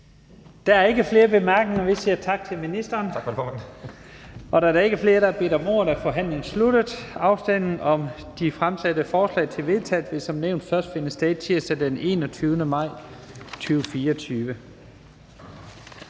Der er ikke flere korte bemærkninger. Vi siger tak til ministeren. Da der ikke er flere, der har bedt om ordet, er forhandlingen sluttet. Afstemningen om de fremsatte forslag til vedtagelse vil som nævnt først finde sted tirsdag den 21. maj 2024.